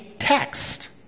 text